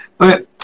Okay